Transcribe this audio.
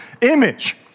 image